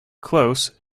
close